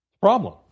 Problem